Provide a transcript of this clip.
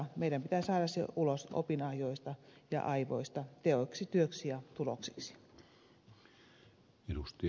meidän pitää saada se ulos opinahjoista ja aivoista teoiksi työksi ja tuloksiksi